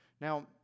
Now